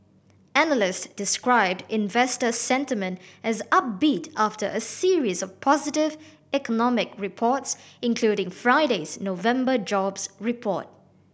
analysts described investor sentiment as upbeat after a series of positive economic reports including Friday's November jobs report